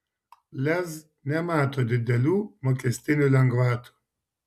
lez nemato didelių mokestinių lengvatų